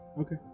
Okay